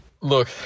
look